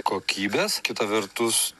kokybės kita vertus